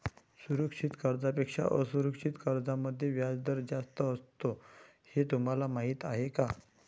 सुरक्षित कर्जांपेक्षा असुरक्षित कर्जांमध्ये व्याजदर जास्त असतो हे तुम्हाला माहीत आहे का?